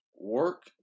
Work